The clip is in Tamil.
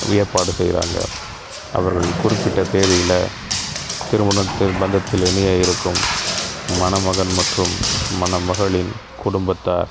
ஏற்பாடு செய்கிறாங்க அவர்கள் குறிப்பிட்ட தேதியில் திருமணத்து பந்தத்தில் இணைய இருக்கும் மணமகன் மற்றும் மணமகளின் குடும்பத்தார்